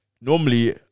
normally